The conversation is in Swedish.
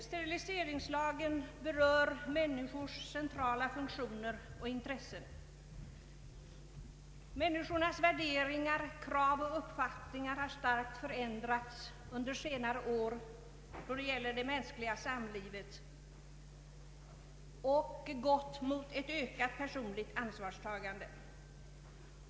Steriliseringslagen berör människors centrala funktioner och intressen. Människornas värderingar, krav och uppfattningar i fråga om det mänskliga samlivet har starkt förändrats under senare år i riktning mot ett ökat personligt ansvarstagande.